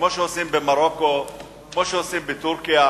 כמו שעושים במרוקו ובטורקיה,